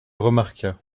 remarqua